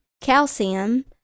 calcium